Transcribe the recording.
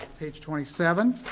page twenty seven.